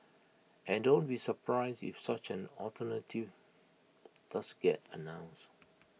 and don't be surprised if such an alternative does get announced